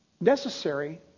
Necessary